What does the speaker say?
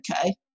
okay